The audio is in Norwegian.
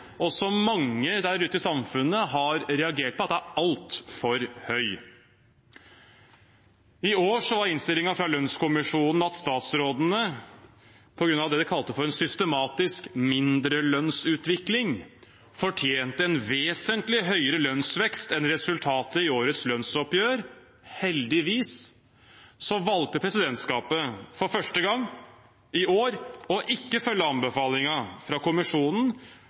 og som mange der ute i samfunnet har reagert på er altfor høy. I år var innstillingen fra lønnskommisjonen at statsrådene, på grunn av det de kalte en «systematisk mindrelønnsutvikling», fortjente en vesentlig høyere lønnsvekst enn resultatet i årets lønnsoppgjør. Heldigvis valgte presidentskapet i år – for første gang – ikke å følge anbefalingen fra kommisjonen